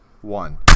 one